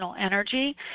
energy